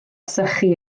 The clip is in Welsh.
sychu